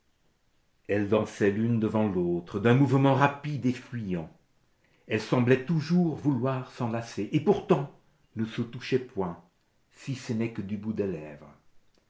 elles dansaient l'une devant l'autre d'un mouvement rapide et fuyant elles semblaient toujours vouloir s'enlacer et pourtant ne se touchaient point si ce n'est du bout des lèvres